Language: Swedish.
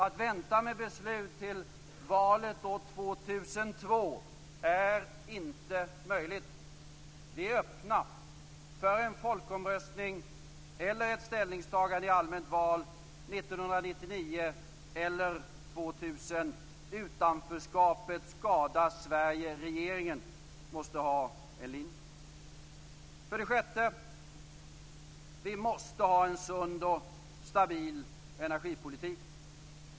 Att vänta med beslut till valet år 2002 är inte möjligt. Vi är öppna för en folkomröstning, eller ett ställningstagande i allmänt val, 1999 eller 2000. Utanförskapet skadar Sverige. Regeringen måste ha en linje. För det sjätte: vi måste ha en sund och stabil energipolitik.